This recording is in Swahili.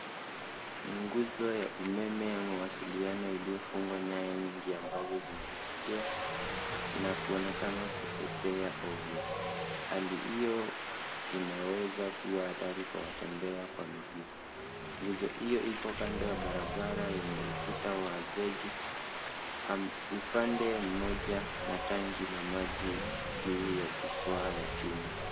Nguzo ya umeme ya mawasiliano iliyofungwa nyaya nyingi ambazo zimelegea, na kuonekana kupepea ovyo. Hali hiyo, inaweza kuwa hatari kwa watembea kwa miguu. Nguzo hiyo iko kando ya barabara yenye ukuta wa zege, upande mmoja na tangi la maji juu ya jukwaa ya chuma.